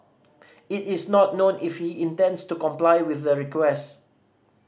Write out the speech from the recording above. it is not known if he intends to comply with the request